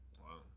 Wow